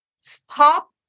stop